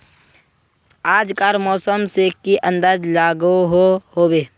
आज कार मौसम से की अंदाज लागोहो होबे?